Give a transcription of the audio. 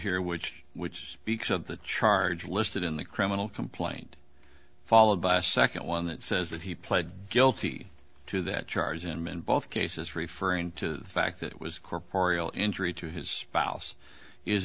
here which which speaks of the charge listed in the criminal complaint followed by a second one that says that he pled guilty to that charge him in both cases referring to the fact that it was corporal injury to his spouse